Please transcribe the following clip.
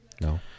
No